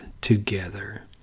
together